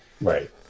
Right